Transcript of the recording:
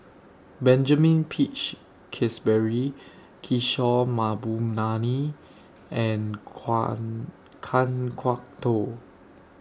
Benjamin Peach Keasberry Kishore Mahbubani and Kan Kwok Toh